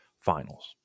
finals